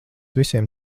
visiem